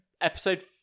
Episode